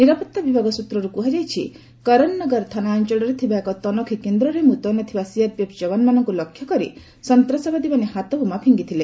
ନିରାପତ୍ତା ବିଭାଗ ସୂତ୍ରରୁ କୁହାଯାଇଛି କରନନଗର ଥାନା ଅଞ୍ଚଳରେ ଥିବା ଏକ ତନଖି କେନ୍ଦ୍ରରେ ମୁତୟନ ଥିବା ସିଆର୍ପିଏଫ୍ ଯବାନମାନଙ୍କୁ ଲକ୍ଷ୍ୟ କରି ସନ୍ତ୍ରାସବାଦୀମାନେ ହାତବୋମା ଫିଙ୍ଗିଥିଲେ